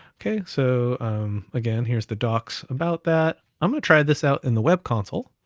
okay, so again, here's the docs about that. i'm gonna try this out in the web console.